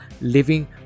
living